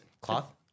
cloth